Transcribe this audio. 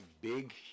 big